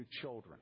children